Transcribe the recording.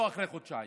לא אחרי חודשיים.